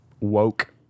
woke